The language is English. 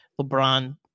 LeBron